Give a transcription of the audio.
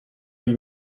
huit